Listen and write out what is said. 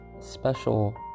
special